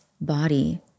body